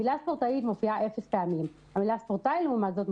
המילה "ספורטאית" מופיעה אפס פעמים, לעומת זאת,